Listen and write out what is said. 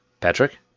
Patrick